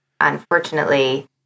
unfortunately